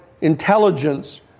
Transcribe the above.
intelligence